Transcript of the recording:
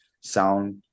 sound